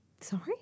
Sorry